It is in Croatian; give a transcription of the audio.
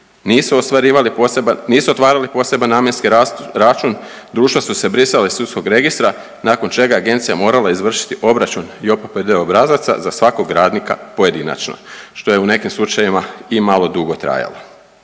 nisu otvarali poseban namjenski račun, društva su se brisala iz sudskog registra nakon čega je agencija morala izvršiti obračun i JOPPD obrazaca za svakog radnika pojedinačno što je u nekim slučajevima i malo dugo trajalo.